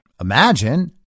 imagine